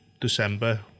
December